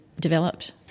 developed